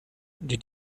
did